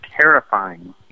terrifying